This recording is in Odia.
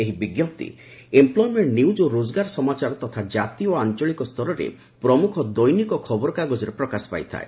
ଏହି ବିଜ୍ଞପ୍ତି ଏମ୍ପ୍ଲୟମେଣ୍ଟ ନିଉଜ୍ ଓ ରୋଜଗାର ସମାଚାର ତଥା ଜାତୀୟ ଓ ଆଞ୍ଚଳିକ ସ୍ତରରେ ପ୍ରମୁଖ ଦୈନିକ ଖବରକାଗଜରେ ପ୍ରକାଶ ପାଇଥାଏ